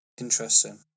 interesting